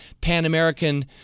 pan-American